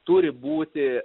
turi būti